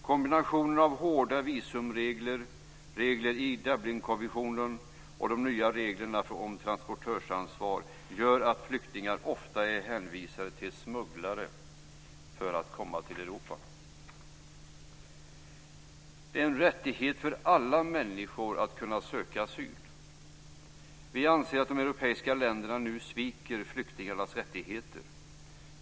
Kombinationen av hårda visumregler, regler i Dublinkonventionen och de nya reglerna om transportörsansvar gör att flyktingar ofta är hänvisade till smugglare för att komma till Europa. Det är en rättighet för alla människor att kunna söka asyl. Vi anser att de europeiska länderna nu sviker flyktingarnas rättigheter.